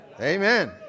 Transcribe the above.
Amen